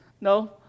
No